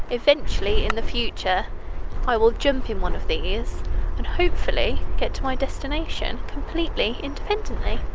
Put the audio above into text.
eventually in the future i will jump in one of these and hopefully get to my destination completely independently